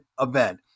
event